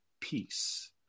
peace